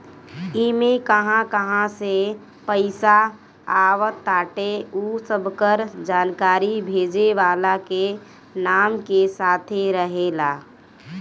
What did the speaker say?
इमे कहां कहां से पईसा आवताटे उ सबकर जानकारी भेजे वाला के नाम के साथे रहेला